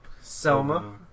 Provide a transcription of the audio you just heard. Selma